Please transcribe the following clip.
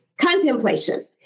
Contemplation